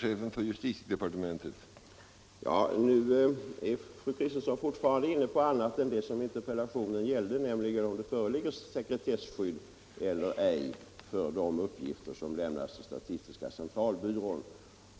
Herr talman! Fru Kristensson är fortfarande inne på annat än det som interpellationen gällde, nämligen om det föreligger sekretesskydd eller ej för de uppgifter som lämnas till statistiska centralbyrån.